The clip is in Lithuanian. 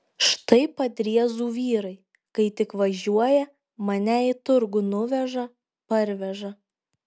štai padriezų vyrai kai tik važiuoja mane į turgų nuveža parveža